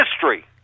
history